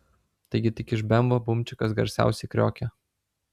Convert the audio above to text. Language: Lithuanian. taigi tik iš bemvo bumčikas garsiausiai kriokia